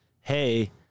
hey